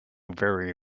very